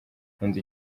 nkunda